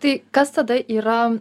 tai kas tada yra